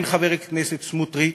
כן, חבר הכנסת סמוטריץ,